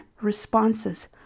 responses